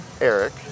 Eric